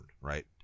right